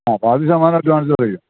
അ പകുതി ശതമാനം അഡ്വാൻസ് മേടിക്കും